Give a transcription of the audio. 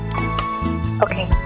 Okay